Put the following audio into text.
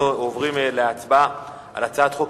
אנחנו עוברים להצבעה בקריאה ראשונה על הצעת חוק